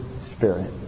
spirit